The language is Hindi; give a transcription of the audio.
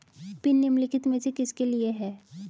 पिन निम्नलिखित में से किसके लिए है?